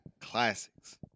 classics